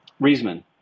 Riesman